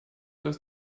was